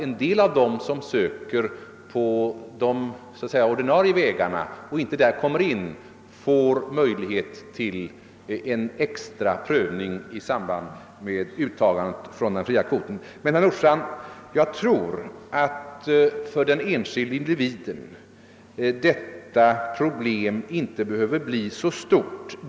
En del av dem som söker på de ordinarie vägarna men inte kommer in får nämligen möjlighet till en extra prövning i samband med uttagandet från den fria kvoten. Jag tror, herr Nordstrandh, att detta problem för den enskilde individen inte behöver bli så stort.